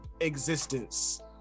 existence